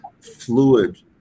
fluid